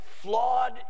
flawed